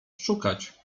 szukać